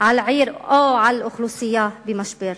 על עיר או על אוכלוסייה במשבר,